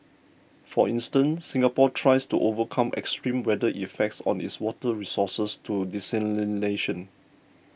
for instance Singapore tries to overcome extreme weather effects on its water resources through desalination